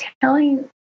telling